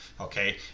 okay